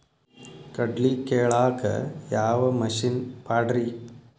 ಕಡ್ಲಿ ಕೇಳಾಕ ಯಾವ ಮಿಷನ್ ಪಾಡ್ರಿ?